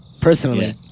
Personally